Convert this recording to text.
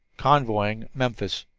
convoying memphis.